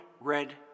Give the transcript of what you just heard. red